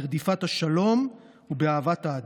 ברדיפת השלום ובאהבת האדם.